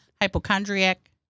Hypochondriac